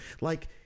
like-